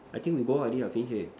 I think we go out already finish already